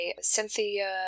Cynthia